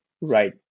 right